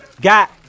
got